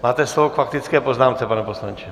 Máte slovo k faktické poznámce, pane poslanče.